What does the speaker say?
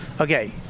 Okay